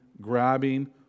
grabbing